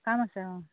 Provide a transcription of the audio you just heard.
কাম আছে অঁ